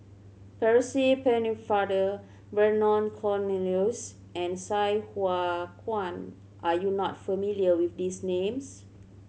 Percy Pennefather Vernon Cornelius and Sai Hua Kuan are you not familiar with these names